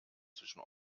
zwischen